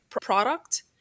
product